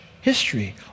history